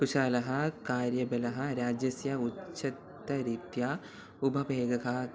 कुशलः कार्यबलः राज्यस्य उच्चरीत्या उपभोगकः